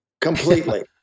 completely